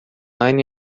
line